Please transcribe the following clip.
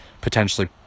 potentially